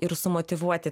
ir sumotyvuoti